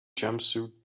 jumpsuit